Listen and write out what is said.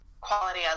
quality